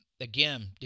Again